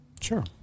Sure